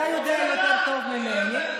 אתה יודע יותר טוב ממני.